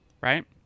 Right